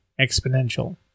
exponential